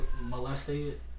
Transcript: molested